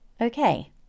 okay